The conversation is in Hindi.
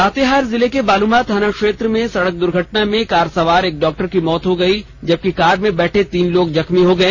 लातेहार जिले के बालूमाथ थाना क्षेत्र में सड़क दुर्घटना में कार सवार एक डॉक्टर की मौत हो गई जबकि कार में बैठे तीन लोग जख्मी हो गए